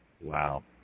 Wow